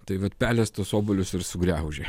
tai vat pelės tuos obuolius ir sugraužė